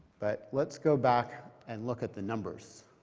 but let's go back and look at the numbers.